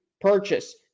purchase